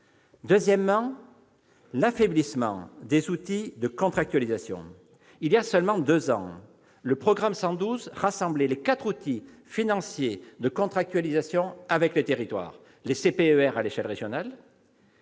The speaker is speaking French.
Deuxièmement, on note l'affaiblissement des outils de contractualisation. Il y a seulement deux ans, le programme 112 rassemblait les quatre outils financiers de contractualisation avec les territoires : les CPER, ou contrats